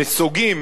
נסוגים,